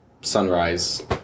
Sunrise